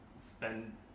Spend